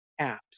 apps